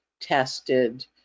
tested